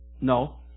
no